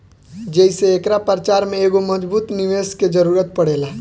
जेइसे एकरा प्रचार में एगो मजबूत निवेस के जरुरत पड़ेला